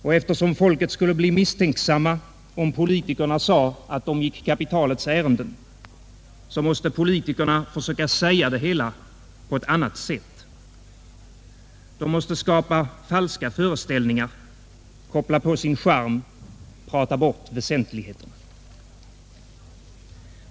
Och eftersom folket skulle bli misstänksamt om politikerna sade att de gick kapitalets ärenden, så måste politikerna försöka säga det hela på ett annat sätt. De måste skapa falska föreställningar, koppla på sin charm, prata bort väsentligheterna.